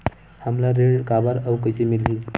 हमला ऋण काबर अउ कइसे मिलही?